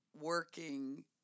working